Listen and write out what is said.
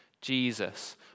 Jesus